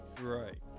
Right